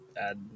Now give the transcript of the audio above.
add